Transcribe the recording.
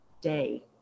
day